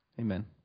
Amen